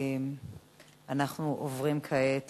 ואנחנו עוברים כעת